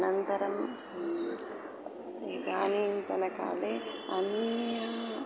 अनन्तरम् इदानीन्तनकाले अन्या